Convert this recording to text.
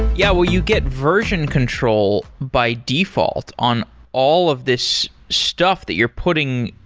yeah, well you get version control by default on all of this stuff that you're putting,